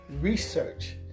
research